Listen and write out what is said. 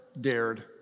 dared